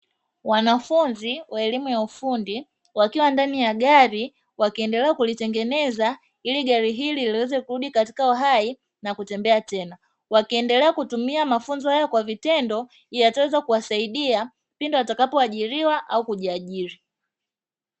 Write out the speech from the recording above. Wanafunzi wa elimu ya ufundi wakiwa ndani ya gari wakiendelea kulitengeneza, ili gari hili liweze kurudi katika uhai na kutembea tena, wakiendelea kutumia mafunzo haya kwa vitendo yatakayoweza kuwasaidia, pindi watakapo ajiriwa au kujiajiri.